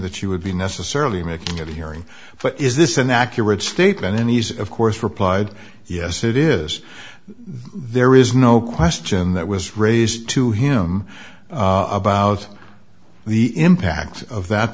that you would be necessarily making at the hearing but is this an accurate statement and he's of course replied yes it is there is no question that was raised to him about the impact of that